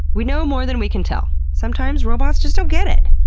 we know more than we can tell. sometimes robots just don't get it.